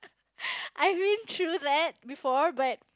I've been through that before but